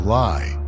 lie